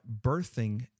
birthing